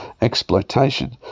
exploitation